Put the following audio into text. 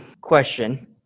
question